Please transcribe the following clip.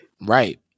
Right